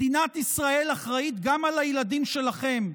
מדינת ישראל אחראית גם לילדים שלכם.